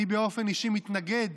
אני באופן אישי מתנגד